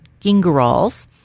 gingerols